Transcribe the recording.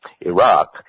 Iraq